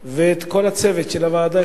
את מנהלת הוועדה ואת כל הצוות של הוועדה,